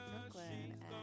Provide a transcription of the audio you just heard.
Brooklyn